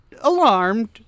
alarmed